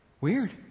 Weird